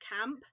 camp